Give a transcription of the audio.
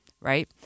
right